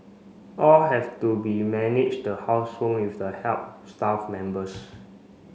all have to be manage the household with the help staff members